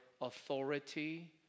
authority